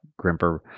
Grimper